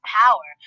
power